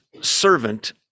servant